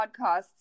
podcasts